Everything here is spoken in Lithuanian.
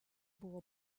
buvo